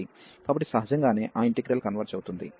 కాబట్టి సహజంగానే ఆ ఇంటిగ్రల్ కన్వర్జ్ అవుతుంది